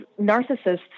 narcissists